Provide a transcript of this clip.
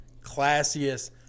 classiest